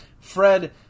Fred